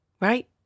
right